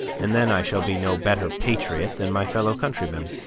and then i shall be no better patriot than my fellow-countrymen.